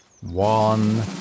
One